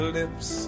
lips